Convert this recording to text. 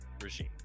regime